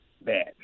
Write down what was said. Bad